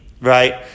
right